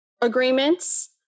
agreements